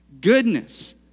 goodness